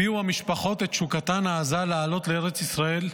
הביעו המשפחות את תשוקתן העזה לעלות לארץ ישראל,